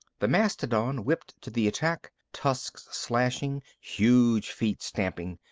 the mastodon whipped to the attack, tusks slashing, huge feet stamping.